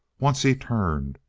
once he turned.